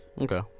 Okay